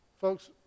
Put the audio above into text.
Folks